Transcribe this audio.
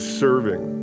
serving